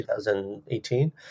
2018